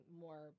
more